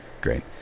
Great